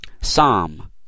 Psalm